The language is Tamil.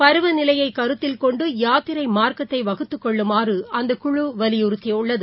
பருவநிலையைகருத்தில்கொண்டுபாத்திரைமாா்க்கத்தைவகுத்துக்கொள்ளுமாறு அந்தக்குழுவலியுறுத்தியுள் ளது